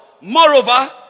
Moreover